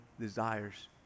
desires